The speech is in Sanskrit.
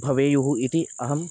भवेयुः इति अहम्